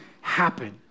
happen